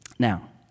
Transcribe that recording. Now